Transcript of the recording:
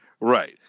Right